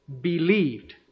Believed